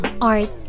art